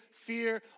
fear